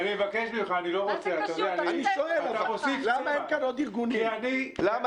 אני שואל למה אין פה עוד ארגונים ציוניים?